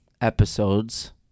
episodes